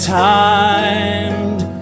timed